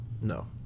no